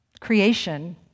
creation